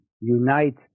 unite